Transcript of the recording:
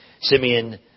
Simeon